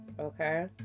okay